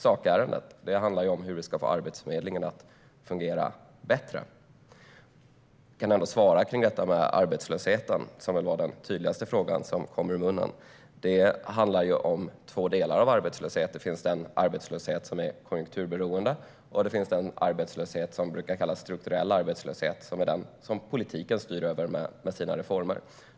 Sakärendet handlar om hur vi ska få Arbetsförmedlingen att fungera bättre. Jag kan ändå svara om detta med arbetslösheten, som väl var den tydligaste fråga som kom ur Raimo Pärssinens mun. Det handlar om två delar av arbetslösheten. Det finns den arbetslöshet som är konjunkturberoende, och det finns den arbetslöshet som brukar kallas strukturell arbetslöshet som är den som politiken styr över med sina reformer.